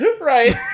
Right